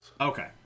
Okay